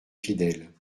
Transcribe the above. fidèles